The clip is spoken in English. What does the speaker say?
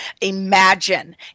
imagine